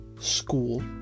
school